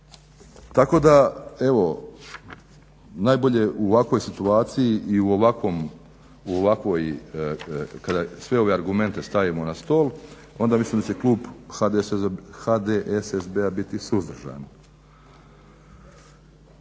Tako da evo, najbolje u ovakvoj situaciji i u ovakvoj kada sve ove argumente stavimo na stol onda mislimo da će klub HDSSB-a biti suzdržan.